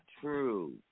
true